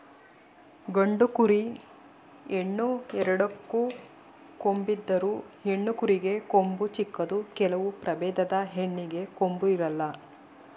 ಗಂಡು ಕುರಿ, ಹೆಣ್ಣು ಎರಡಕ್ಕೂ ಕೊಂಬಿದ್ದರು, ಹೆಣ್ಣು ಕುರಿಗೆ ಕೊಂಬು ಚಿಕ್ಕದು ಕೆಲವು ಪ್ರಭೇದದ ಹೆಣ್ಣಿಗೆ ಕೊಂಬು ಇರಲ್ಲ